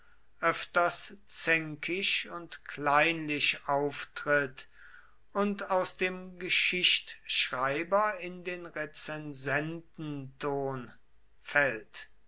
öfters zänkisch und kleinlich auftritt und aus dem geschichtschreiber in den rezensententon fällt